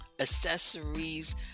accessories